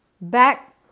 Back